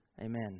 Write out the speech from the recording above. Amen